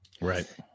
right